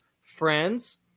friends